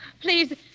Please